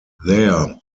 there